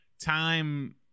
time